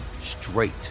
straight